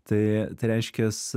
tai tai reiškias